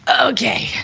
Okay